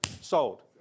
sold